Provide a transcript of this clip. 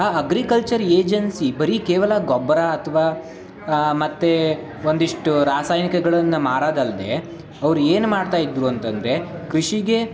ಆ agriculture agency ಬರೇ ಕೇವಲ ಗೊಬ್ಬರ ಅಥವಾ ಮತ್ತು ಒಂದಿಷ್ಟು ರಾಸಾಯನಿಕಗಳನ್ನು ಮಾರೋದಲ್ದೇ ಅವ್ರು ಏನು ಮಾಡ್ತಾ ಇದ್ದರು ಅಂತಂದರೆ ಕೃಷಿಗೆ